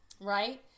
Right